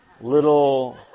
little